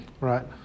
Right